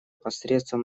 посредством